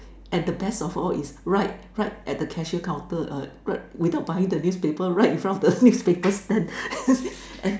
and the best of all is right right at the cashier counter uh Grab without buying the newspaper right in front of the newspaper stand and